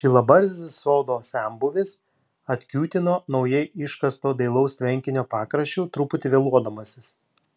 žilabarzdis sodo senbuvis atkiūtino naujai iškasto dailaus tvenkinio pakraščiu truputį vėluodamasis